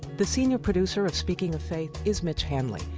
the senior producer of speaking of faith is mitch hanley,